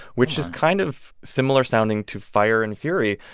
which is kind of similar-sounding to fire and fury,